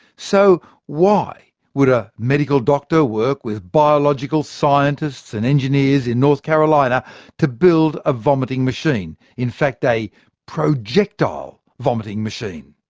so why would a medical doctor work with biological scientists and engineers in north carolina to build a vomiting machine in fact, a projectile vomiting machine?